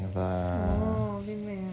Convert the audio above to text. big mac lah